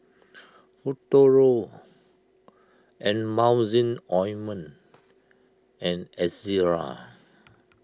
Futuro Emulsying Ointment and Ezerra